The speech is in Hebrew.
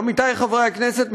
עמיתי חברי הכנסת,